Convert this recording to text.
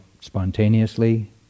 spontaneously